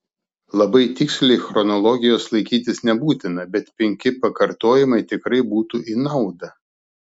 labai tiksliai chronologijos laikytis nebūtina bet penki pakartojimai tikrai būtų į naudą